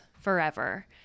forever